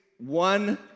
one